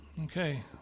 okay